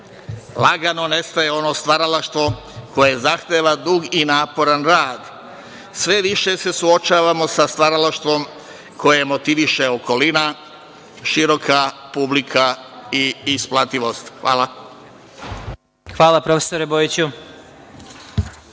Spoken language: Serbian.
Lagano nestaje ono stvaralaštvo koje zahteva dug i naporan rad. Sve više se suočavamo sa stvaralaštvom koje motiviše okolina, široka publika i isplativost. Hvala. **Vladimir Marinković**